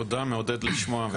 תודה, מעודד לשמוע.